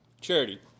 Charity